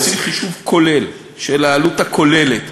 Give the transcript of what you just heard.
עושים חישוב כולל של העלות הכוללת,